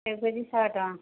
ସେଓ କେଜି ଶହେ ଟଙ୍କା